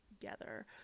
together